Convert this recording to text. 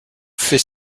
fait